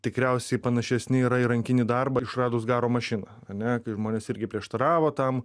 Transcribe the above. tikriausiai panašesni į rankinį darbą išradus garo mašiną ane kai žmonės irgi prieštaravo tam